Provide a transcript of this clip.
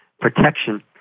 protection